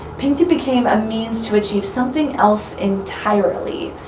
painting became a means to achieve something else entirely.